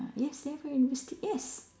yes librarian yes